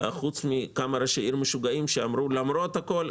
חוץ מכמה ראשי ערים משוגעים שאמרו: למרות הכול,